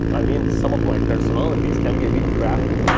i mean some of my personalities can be a bit crafty.